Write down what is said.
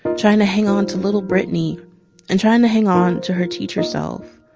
trying to hang on to little brittany and trying to hang on to her teacher self,